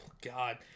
God